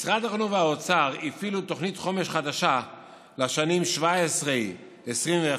משרדי החינוך והאוצר הפעילו תוכנית חומש חדשה לשנים 2017 2021,